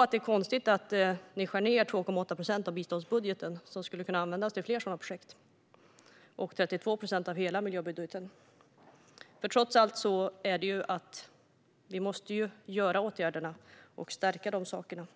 är det konstigt att ni skär ned 2,8 procent av biståndsbudgeten, vilket skulle kunna användas till fler sådana projekt. Dessutom skär ni ned 32 procent av hela miljöbudgeten. Trots allt måste vi vidta dessa åtgärder och stärka detta.